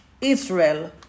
Israel